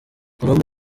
colombe